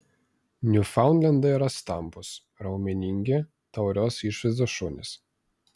niufaundlendai yra stambūs raumeningi taurios išvaizdos šunys